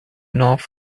north